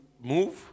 move